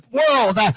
world